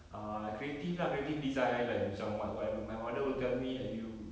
err creative lah creative design like macam what~ whatever my mother will tell me uh you